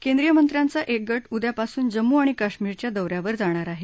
केंद्रीय मंत्र्याचा एक गट उद्या पासून जम्मू आणि कश्मिरच्या दौन्यावर जाणार आहे